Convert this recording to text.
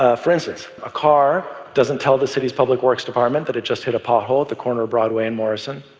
ah for instance, a car doesn't tell the city's public works department that it just hit a pothole at the corner of broadway and morrison.